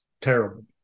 terrible